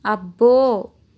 అబ్బో